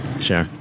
Sure